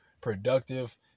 productive